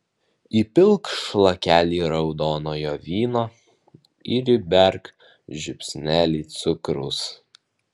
įpilk šlakelį raudonojo vyno ir įberk žiupsnelį cukraus